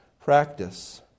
practice